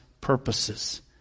purposes